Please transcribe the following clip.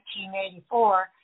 1984